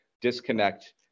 disconnect